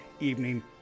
evening